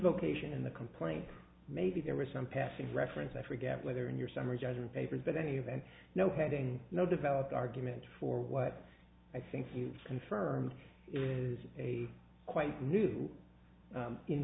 vocation in the complaint maybe there was some passing reference i forget whether in your summary judgment papers but any event no pending no developed argument for what i think you confirmed is a quite new